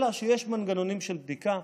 אלא שיש מנגנונים של בדיקה.